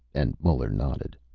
and muller nodded.